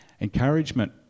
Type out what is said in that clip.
encouragement